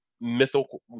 mythical